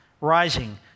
rising